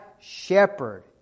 shepherd